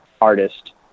artist